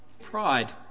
pride